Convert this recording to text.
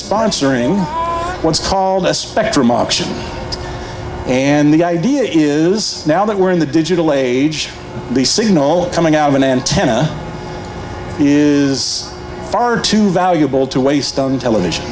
sponsoring what's called the spectrum auction and the idea is now that we're in the digital age the signal coming out of an antenna is far too valuable to waste on television